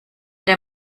der